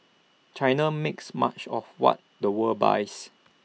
China makes much of what the world buys